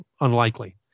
unlikely